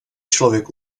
člověk